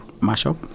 Mash-up